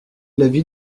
l’avis